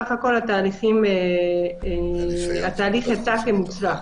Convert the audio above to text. בסך הכל, התהליך מוצלח.